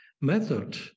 method